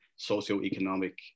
socioeconomic